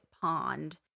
pond